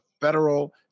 federal